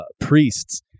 priests